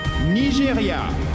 Nigeria